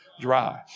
dry